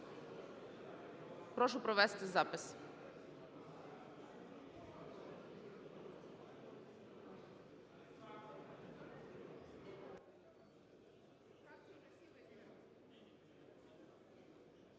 Прошу провести запис.